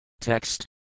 Text